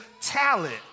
talent